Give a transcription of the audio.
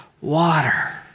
water